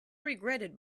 regretted